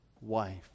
wife